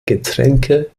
getränke